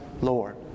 Lord